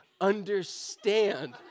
understand